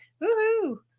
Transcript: Woo-hoo